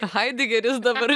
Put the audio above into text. haidegeris dabar